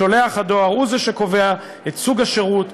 שולח הדואר הוא שקובע את סוג השירות,